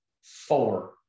Four